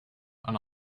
and